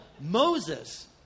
Moses